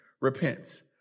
repents